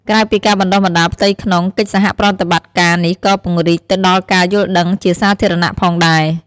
ក្រៅពីការបណ្តុះបណ្តាលផ្ទៃក្នុង កិច្ចសហប្រតិបត្តិការនេះក៏ពង្រីកទៅដល់ការយល់ដឹងជាសាធារណៈផងដែរ។